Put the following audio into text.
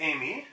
Amy